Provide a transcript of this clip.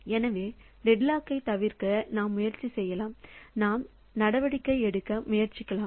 எனவே டெட்லாக் தவிர்க்க நாம் முயற்சி செய்யலாம் நாம் நடவடிக்கை எடுக்க முயற்சிக்கலாம்